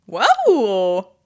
whoa